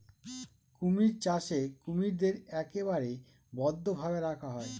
কুমির চাষে কুমিরদের একেবারে বদ্ধ ভাবে রাখা হয়